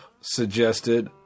suggested